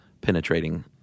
penetrating